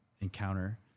encounter